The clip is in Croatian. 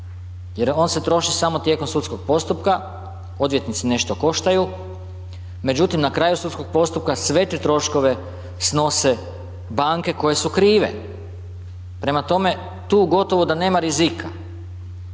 Jer on se troši samo tijekom sudskog postupka, odvjetnici nešto koštaju, međutim na kraju sudskog postupka sve te troškove snose banke koje su krive. Prema tome, tu gotovo da nema rizika,